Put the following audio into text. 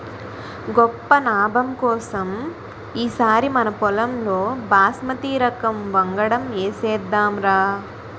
గొప్ప నాబం కోసం ఈ సారి మనపొలంలో బాస్మతి రకం వంగడం ఏసేద్దాంరా